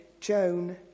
Joan